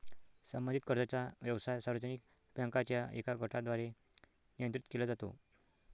संबंधित कर्जाचा व्यवसाय सार्वजनिक बँकांच्या एका गटाद्वारे नियंत्रित केला जातो